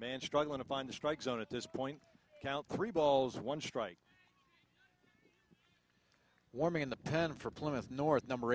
man struggling to find the strike zone at this point count three balls one strike warming in the pen for plymouth north number